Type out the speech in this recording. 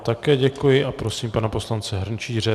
Také děkuji a prosím pana poslance Hrnčíře.